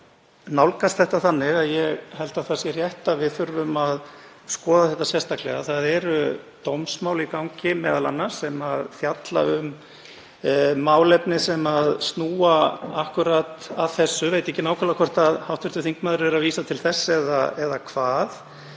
nálgast þetta þannig að ég held að það sé rétt að við þurfum að skoða þetta sérstaklega. Það eru dómsmál í gangi sem fjalla um málefni sem snúa akkúrat að þessu, ég veit ekki nákvæmlega hvort hv. þingmaður er að vísa til þess eða hvað,